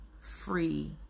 free